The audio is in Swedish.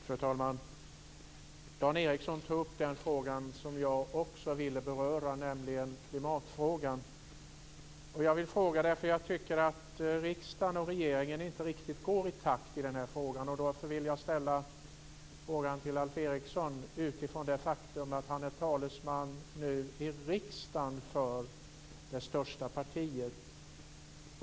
Fru talman! Dan Ericsson tog upp den fråga som jag också ville beröra, nämligen klimatfrågan. Jag tycker att riksdagen och regeringen inte riktigt går i takt i den här frågan. Därför vill jag ställa frågan till Alf Eriksson utifrån de faktum att han är talesman i riksdagen för det största partiet.